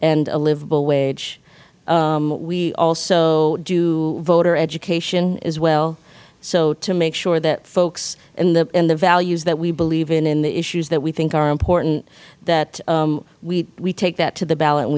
and a livable wage we also do voter education as well so to make sure that folks and the values that we believe in and the issues that we think are important that we take that to the ballot and